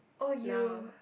oh you